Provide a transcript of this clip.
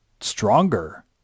stronger